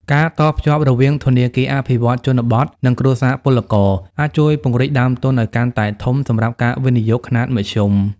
ការតភ្ជាប់រវាង "ធនាគារអភិវឌ្ឍន៍ជនបទ" និងគ្រួសារពលករ អាចជួយពង្រីកដើមទុនឱ្យកាន់តែធំសម្រាប់ការវិនិយោគខ្នាតមធ្យម។